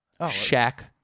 Shaq